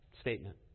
statement